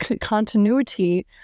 continuity